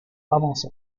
famoso